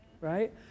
right